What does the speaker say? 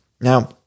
Now